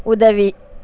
உதவி